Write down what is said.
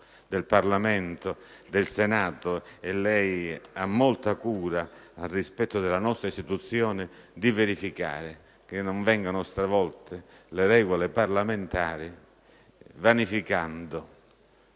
del Parlamento, del Senato - e lei presta molta cura al rispetto della nostra istituzione - di verificare che non vengano stravolte le regole parlamentari, vanificando